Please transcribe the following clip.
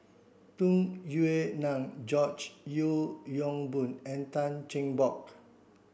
Tung Yue Nang George Yeo Yong Boon and Tan Cheng Bock